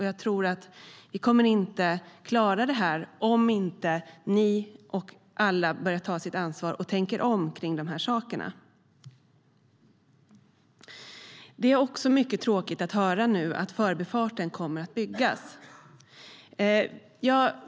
Jag tror inte att vi kommer att klara detta om inte ni och alla börjar ta sitt ansvar och tänker om. Det är också mycket tråkigt att höra att Förbifarten kommer att byggas.